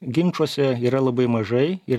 ginčuose yra labai mažai ir